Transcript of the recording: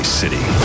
city